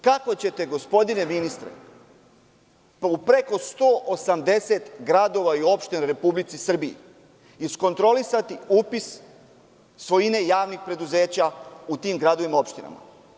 Kako ćete, gospodine ministre, u preko 180 gradova i opština u Republici Srbiji iskontrolisati upis svojine javnih preduzeća u tim gradovima i opštinama?